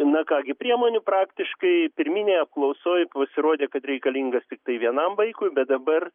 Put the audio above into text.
na ką gi priemonių praktiškai pirminėj apklausoj pasirodė kad reikalingas tiktai vienam vaikui bet dabar